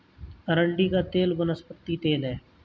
अरंडी का तेल वनस्पति तेल है